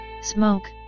smoke